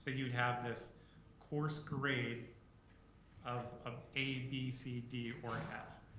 ah you would have this course grade of of a, b, c, d, or and f.